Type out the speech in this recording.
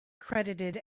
credited